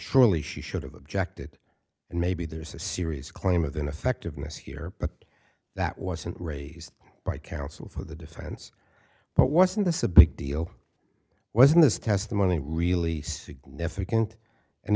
surely she should have objected and maybe there's a serious claim of ineffectiveness here but that wasn't raised by counsel for the defense but wasn't this a big deal wasn't this testimony really significant and